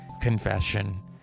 confession